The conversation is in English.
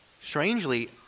strangely